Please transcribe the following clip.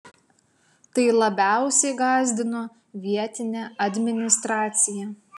tai labiausiai gąsdino vietinę administraciją